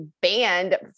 banned